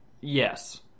Yes